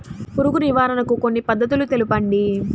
పురుగు నివారణకు కొన్ని పద్ధతులు తెలుపండి?